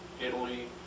Italy